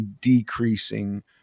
decreasing